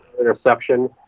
interception